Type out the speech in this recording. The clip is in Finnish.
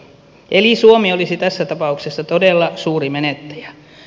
eli suomi olisi tässä tapauksessa todella suuri menettäjä